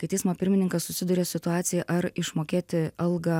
kai teismo pirmininkas susiduria su situacija ar išmokėti algą